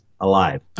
alive